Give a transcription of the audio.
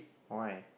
why